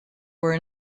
were